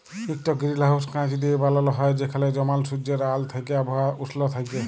ইকট গিরিলহাউস কাঁচ দিঁয়ে বালাল হ্যয় যেখালে জমাল সুজ্জের আল থ্যাইকে আবহাওয়া উস্ল থ্যাইকে